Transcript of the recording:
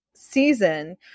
season